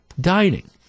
dining